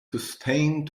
sustained